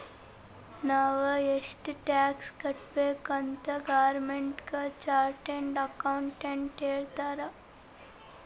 ನಾವ್ ಎಷ್ಟ ಟ್ಯಾಕ್ಸ್ ಕಟ್ಬೇಕ್ ಅಂತ್ ಗೌರ್ಮೆಂಟ್ಗ ಚಾರ್ಟೆಡ್ ಅಕೌಂಟೆಂಟ್ ಹೇಳ್ತಾರ್